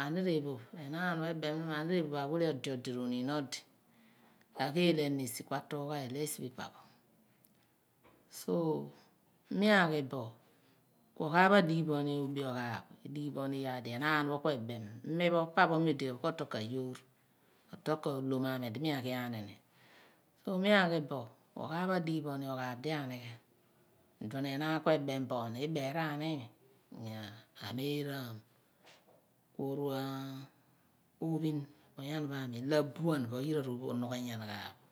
anir ephoph, mo enaan ebem ni mo ahniin ephoph awile ode odi r'ohniin odi agheel enon esi ku atuugha ilo esi pho ipa pho so mi aghi bo ku oghaaph pho adighi bo ni oobi aghaaph, edighi bo ni iyaar di enaan pho ku ebem mi pho, ipa pho mi odi ghan bo kl toka yoor, otoka ohlom ami di mi aghi aani ni ku mi agh. Bo ku oghaaph pho adighi bo ni oghaaph di anighi iduon enaan pho ku ebem bo ni ibeeraan ni imi ku mi aameeraam, oru ophin onyani pho aami ilo abuab ro nughe gan ghan bo.